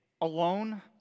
alone